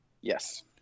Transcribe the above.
Yes